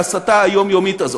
ההסתה היומיומית הזאת.